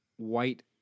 White